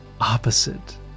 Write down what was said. opposite